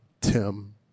Tim